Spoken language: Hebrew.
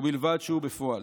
ובלבד שהוא בפועל.